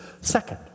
Second